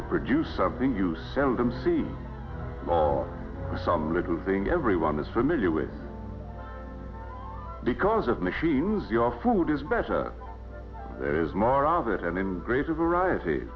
to produce of being you seldom see some little thing everyone is familiar with because of machines your food is better there is more of it and in greater variety